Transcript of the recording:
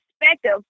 perspective